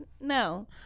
No